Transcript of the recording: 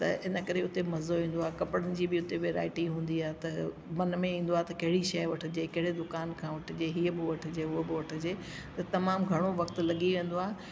त इन करे उते मज़ो ईंदो आहे कपड़नि जी उते वेराइटी हूंदी आहे त मन में ईंदो आहे त कहिड़ी शइ वठजे कहिड़े दुकान खां उते वठजे इहा वठजे उहा बि वठजे तमामु घणो वक़्तु लॻी वेंदो आहे